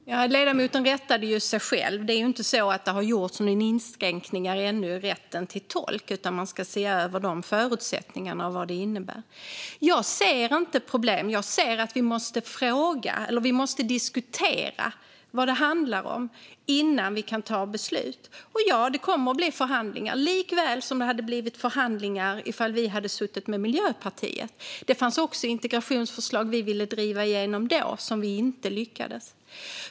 Fru talman! Ledamoten rättade sig själv. Det har ännu inte gjorts några inskränkningar i rätten till tolk, utan man ska se över förutsättningarna och vad det skulle innebära. Jag ser inte problem. Jag ser att vi måste diskutera vad det handlar om innan vi kan fatta beslut. Ja, det kommer att bli förhandlingar, liksom det hade blivit ifall vi hade suttit i regering med Miljöpartiet. Det fanns integrationsförslag som vi ville driva igenom även när ni satt i regeringen men som vi inte lyckades med.